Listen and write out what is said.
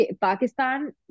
Pakistan